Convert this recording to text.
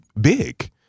big